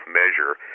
measure